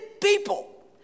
people